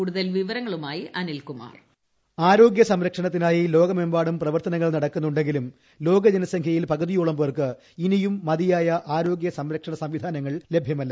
കൂടുതൽ വിവരങ്ങളുമായി അനിൽകുമാർ വോയിസ് ആരോഗ്യ സംരക്ഷണത്തിനായി ലോകമെ്മ്പാടും പ്രവർത്തനങ്ങൾ നടക്കുന്നുണ്ടെങ്കിലും ലോക ജന്റ്സ്റ്റ്ഖ്യയിൽ പകുതിയോളം പേർക്ക് ഇനിയും മതിയായ ആര്രോഗ്യ് സംരക്ഷണ സംവിധാന ങ്ങൾ ലഭ്യമല്ല